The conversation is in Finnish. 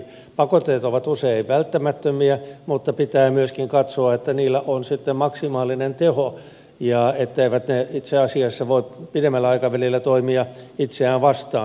pakotteet ovat usein välttämättömiä mutta pitää myöskin katsoa että niillä on sitten maksimaalinen teho ja etteivät ne itse asiassa voi pidemmällä aikavälillä toimia itseään vastaan